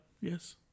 Yes